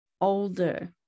older